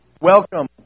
welcome